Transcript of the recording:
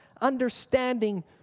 understanding